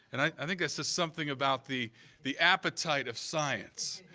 and i think that's just something about the the appetite of science,